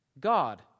God